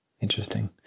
Interesting